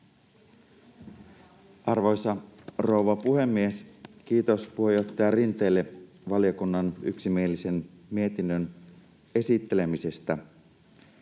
Arvoisa rouva puhemies! Kiitos puheenjohtaja Rinteelle valiokunnan yksimielisen mietinnön esittelemisestä.